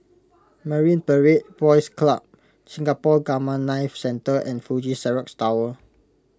Marine Parade Boys Club Singapore Gamma Knife Centre and Fuji Xerox Tower